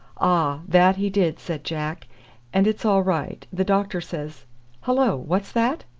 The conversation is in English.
ah! that he did, said jack and it's all right. the doctor says hullo! what's that?